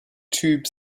tube